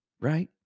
right